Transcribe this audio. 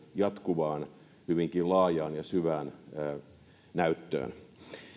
jatkuvaan hyvinkin laajaan ja syvään näyttöön